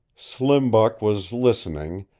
slim buck was listening,